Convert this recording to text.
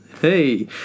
Hey